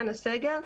הסגר,